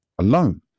alone